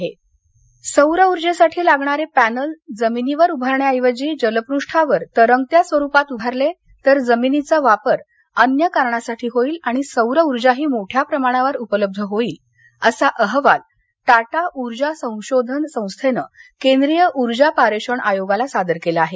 सौर ऊर्जा सौर ऊर्जेसाठी लागणारे पॅनेल जमिनीवर उभारण्याऐवजी जलपृष्ठावर तरंगत्या स्वरूपात उभारले तर जमिनीचा वापर अन्य कारणासाठी होईल आणि सौर ऊर्जाही मोठ्या प्रमाणावर उपलब्ध होईल असा अहवाल टाटा ऊर्जा संशोधन संस्थेनं केंद्रीय ऊर्जा पारेषण आयोगाला सादर केला आहे